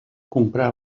comprar